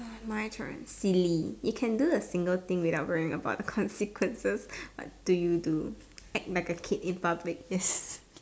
my turn silly you can do a single thing without worrying about the consequences what do you do act like a kid in public yes